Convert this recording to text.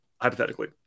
hypothetically